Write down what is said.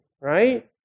right